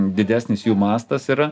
didesnis jų mastas yra